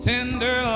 Tender